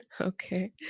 okay